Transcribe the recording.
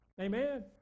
Amen